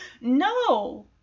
No